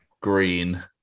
Green